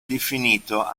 definito